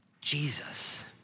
Jesus